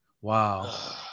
Wow